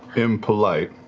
impolite,